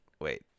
wait